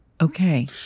Okay